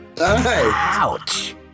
Ouch